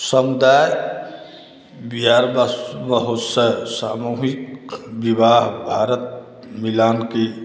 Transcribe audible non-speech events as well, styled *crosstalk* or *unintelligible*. समुदाय *unintelligible* बहुत सा सामूहिक विवाह भारत मिलान की